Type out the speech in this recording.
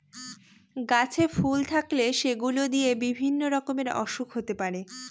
গাছে ফুল থাকলে সেগুলো দিয়ে বিভিন্ন রকমের ওসুখ হতে পারে